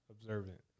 observant